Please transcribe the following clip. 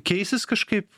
keisis kažkaip